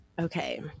Okay